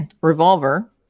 revolver